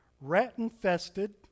rat-infested